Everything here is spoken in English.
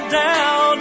down